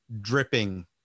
dripping